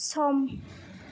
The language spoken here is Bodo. सम